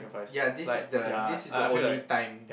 ya this is the this is the only time